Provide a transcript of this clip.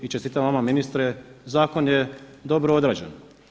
I čestitam vama ministre zakon je dobro odrađen.